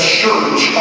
church